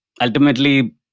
ultimately